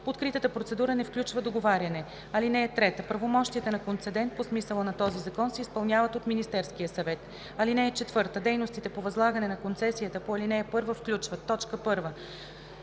Откритата процедура не включва договаряне. (3) Правомощията на концедент по смисъла на този закон се изпълняват от Министерския съвет. (4) Дейностите по възлагане на концесията по ал. 1 включват: 1.